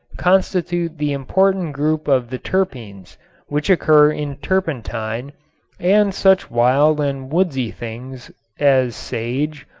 constitute the important group of the terpenes which occur in turpentine and such wild and woodsy things as sage,